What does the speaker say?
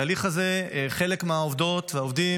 בתהליך הזה חלק מהעובדות והעובדים